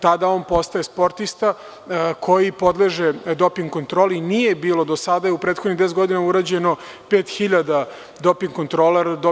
Tada on postaje sportista koji podleže doping kontroli i nije bilo do sada i u prethodnih deset godina urađeno je 5.000 doping kontrola.